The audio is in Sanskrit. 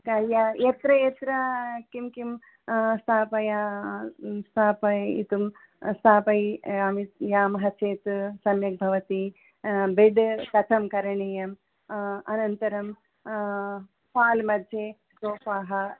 कल्या यत्र यत्र किं किम् स्थापया स्थापयितुं स्थापयामि यामः चेत् सम्यक् भवति बेड् कथं करणीयम् अनन्तरं हाल् मध्ये सोफ़ा